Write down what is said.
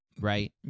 right